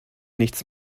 nichts